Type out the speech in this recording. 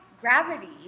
gravity